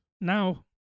now